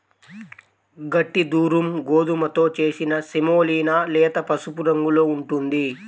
గట్టి దురుమ్ గోధుమతో చేసిన సెమోలినా లేత పసుపు రంగులో ఉంటుంది